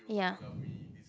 ya